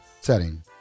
setting